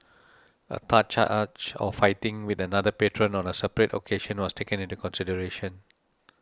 a third charge of fighting with another patron on a separate occasion was taken into consideration